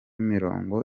mirongo